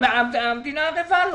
המדינה ערבה לו.